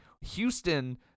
Houston –